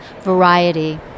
variety